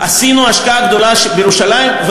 השקענו השקעה גדולה בירושלים,